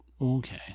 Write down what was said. Okay